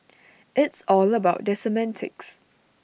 it's all about the semantics